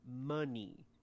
money